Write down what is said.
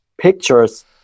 pictures